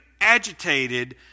agitated